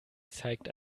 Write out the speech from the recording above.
zeigt